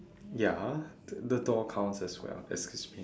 ya the the door counts as well excuse me